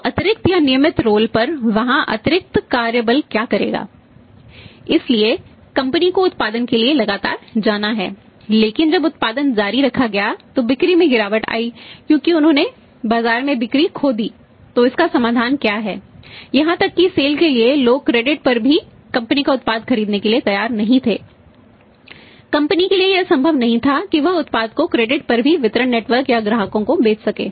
तो अतिरिक्त या नियमित रोल या ग्राहकों को बेच सके